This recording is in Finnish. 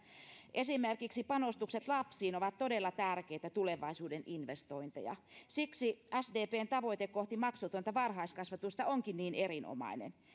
esimerkiksi panostukset lapsiin ovat todella tärkeitä tulevaisuuden investointeja siksi sdpn tavoite kohti maksutonta varhaiskasvatusta onkin niin erinomainen